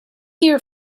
hear